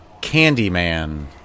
Candyman